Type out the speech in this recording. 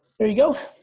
you go.